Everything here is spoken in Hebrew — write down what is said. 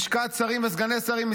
בלשכות שרים וסגני שרים,